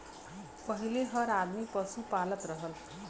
पहिले हर आदमी पसु पालत रहल